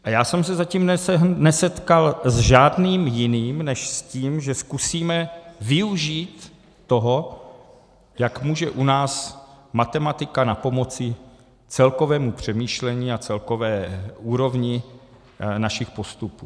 A já jsem se zatím nesetkal s žádným jiným než s tím, že zkusíme využít toho, jak může u nás matematika napomoci celkovému přemýšlení a celkové úrovni našich postupů.